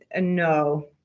no